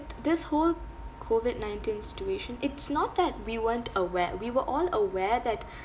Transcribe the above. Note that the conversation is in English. this whole COVID-nineteen situation it's not that we weren't aware we were all aware that